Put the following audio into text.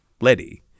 Letty